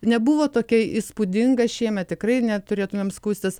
nebuvo tokia įspūdinga šiemet tikrai neturėtumėm skųstis